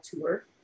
tour